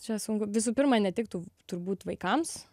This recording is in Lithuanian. čia sunku visų pirma netiktų turbūt vaikams